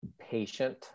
patient